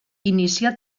inicià